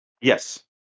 Yes